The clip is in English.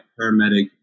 paramedic